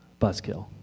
Buskill